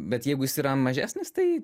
bet jeigu jis yra mažesnis tai